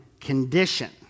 condition